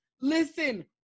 Listen